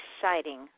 exciting